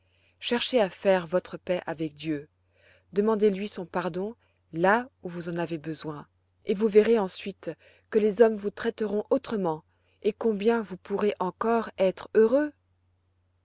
cherchez à faire votre paix avec dieu demandez-lui son pardon là où vous en avez besoin et vous verrez ensuite que les hommes vous traiteront autrement et combien vous pourrez encore être heureux